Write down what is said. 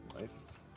Nice